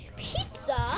pizza